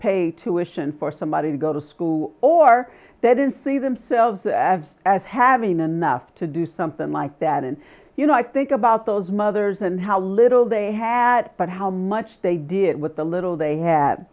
pay tuition for somebody to go to school or that in see themselves as as having enough to do something like that and you know i think about those mothers and how little they had but how much they did with the little they had